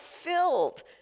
filled